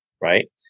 right